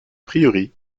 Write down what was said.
priori